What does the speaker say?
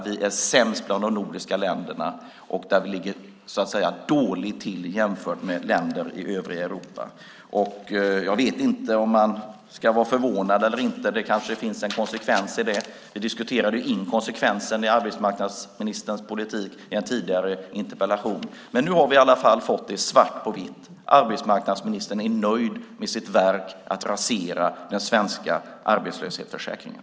Vi är sämst bland de nordiska länderna, och vi ligger dåligt till jämfört med länder i övriga Europa. Jag vet inte om man ska vara förvånad eller inte, det kanske finns en konsekvens i det. Vi diskuterade inkonsekvensen i arbetsmarknadsministerns politik i en tidigare interpellationsdebatt. Nu har vi fått svart på vitt; arbetsmarknadsministern är nöjd med sitt verk att rasera den svenska arbetslöshetsförsäkringen.